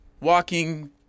walking